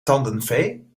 tandenfee